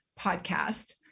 podcast